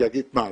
יגיד: מה,